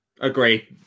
Agree